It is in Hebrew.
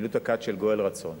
של גואל רצון.